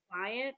client